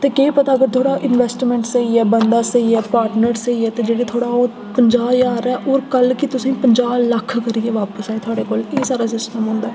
ते केह् पता अगर थुआढ़ा इनवैस्टमैंट स्हेई ऐ बंदा स्हेई पार्टनर स्हेई ऐ ते जेह्का थुआढ़ा ओह् पंजाह् ज्हार ऐ होर कल्ल गी पंजाह् लक्ख रपेआ बापस आई जा थुआढ़े कोल एह् सारा सिस्टम होंदा ऐ